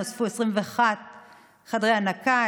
נוספו 21 חדרי הנקה,